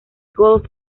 golf